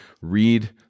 read